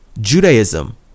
Judaism